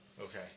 Okay